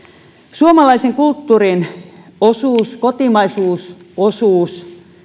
suomalaisen kulttuurin kotimaisuusosuutta